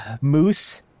Moose